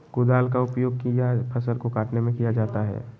कुदाल का उपयोग किया फसल को कटने में किया जाता हैं?